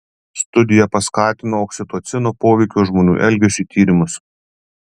studija paskatino oksitocino poveikio žmonių elgesiui tyrimus